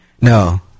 No